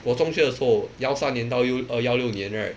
我中学的时候幺三年到六二幺六年 right